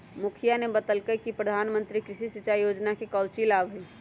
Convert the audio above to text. मुखिवा ने बतल कई कि प्रधानमंत्री कृषि सिंचाई योजना के काउची लाभ हई?